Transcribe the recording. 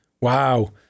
Wow